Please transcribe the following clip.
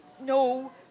No